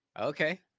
okay